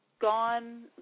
gone